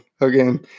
Again